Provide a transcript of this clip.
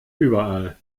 überall